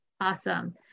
Awesome